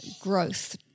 growth